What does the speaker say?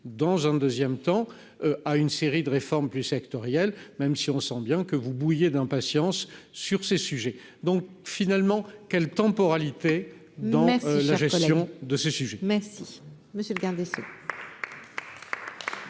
dans un 2ème temps à une série de réformes plus sectorielles, même si on sent bien que vous bouillait d'impatience sur ces sujets, donc finalement quelle temporalité dans la gestion de ce sujet, mais